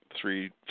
three